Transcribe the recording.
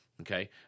Okay